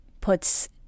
puts